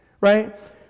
right